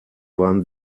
waren